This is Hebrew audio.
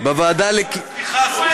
בוועדת החוץ